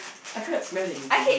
I can't smell anything